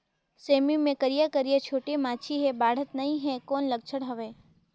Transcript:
सेमी मे करिया करिया छोटे माछी हे बाढ़त नहीं हे कौन लक्षण हवय?